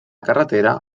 carretera